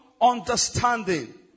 understanding